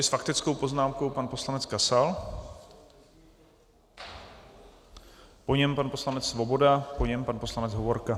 S faktickou poznámkou pan poslanec Kasal, po něm pan poslanec Svoboda, po něm pan poslanec Hovorka.